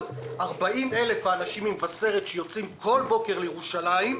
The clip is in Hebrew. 40,000 האנשים ממבשרת שיוצאים כל בוקר לירושלים,